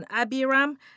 Abiram